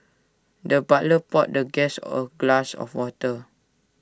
the butler poured the guest A glass of water